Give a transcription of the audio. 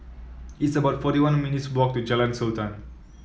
it's about forty one minutes' walk to Jalan Sultan